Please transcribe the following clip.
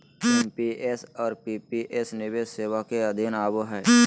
NPS और PPS निवेश सेवा के अधीन आवो हय